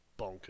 bonkers